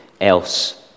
else